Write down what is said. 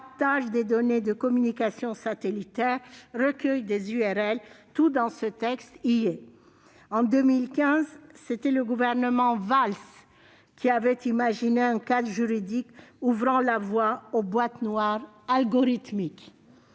captage des données de communications satellitaires, recueil des URL : tout y est. En 2015, c'était le gouvernement Valls qui avait imaginé un cadre juridique ouvrant la voie aux boîtes noires algorithmiques